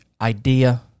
idea